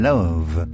Love